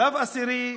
שלב עשירי,